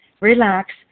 relax